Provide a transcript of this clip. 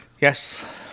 Yes